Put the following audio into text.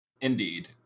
Indeed